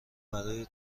برای